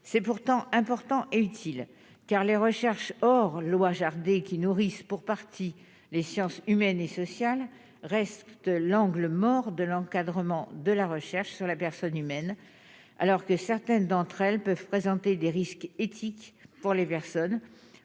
c'est pourtant important et utile, car les recherches or loi Jardé qui nourrissent pour partie les sciences humaines et sociales reste l'angle mort de l'encadrement de la recherche sur la personne humaine, alors que certaines d'entre elles peuvent présenter des risques éthiques pour les personnes